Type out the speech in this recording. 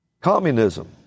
Communism